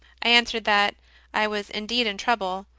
i answered that i was indeed in trouble,